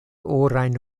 orajn